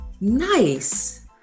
Nice